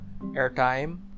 airtime